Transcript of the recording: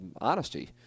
honesty